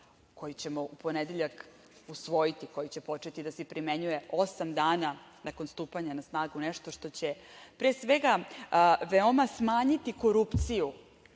koji ćemo u ponedeljak usvojiti, koji će početi da se primenjuje osam dana nakon stupanja na snagu, je nešto što će pre svega veoma smanjiti korupciju